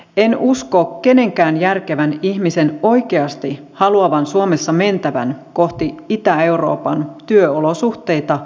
en usko kenenkään järkevän ihmisen oikeasti haluavan suomessa mentävän kohti itä euroopan työolosuhteita ja palkkoja